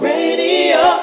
Radio